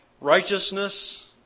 righteousness